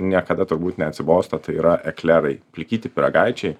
niekada turbūt neatsibosta tai yra eklerai plikyti pyragaičiai